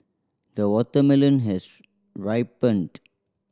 the watermelon has ripened